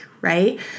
right